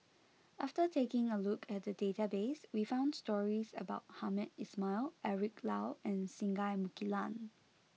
after taking a look at the database we found stories about Hamed Ismail Eric Low and Singai Mukilan